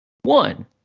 one